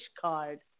card